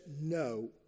no